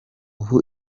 ubu